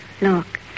Look